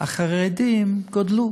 מספר החרדים גדל.